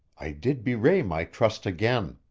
i did bewray my trust again.